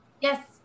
Yes